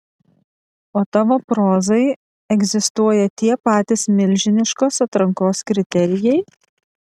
o tavo prozai egzistuoja tie patys milžiniškos atrankos kriterijai